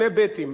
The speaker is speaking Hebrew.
שני בי"תים.